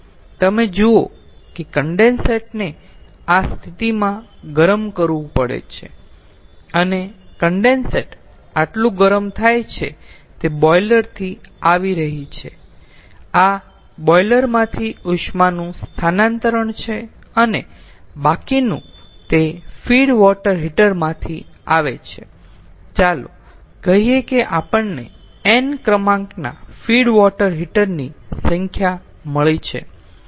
તેથી તમે જુઓ કે કન્ડેન્સેટ ને આ સ્થિતિમાં ગરમ કરવું પડે છે અને કન્ડેન્સેટ આટલું ગરમ થાય છે તે બોઈલર થી આવે છે આ બોઇલર માંથી ઉષ્માનું સ્થાનાંતરણ છે અને બાકીનું તે ફીડ વોટર હીટર માંથી આવે છે ચાલો કહીએ કે આપણને n ક્રમાંકના ફીડ વોટર હીટર ની સંખ્યા મળી છે